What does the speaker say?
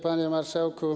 Panie Marszałku!